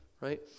right